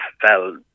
fell